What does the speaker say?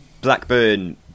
Blackburn